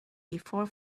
before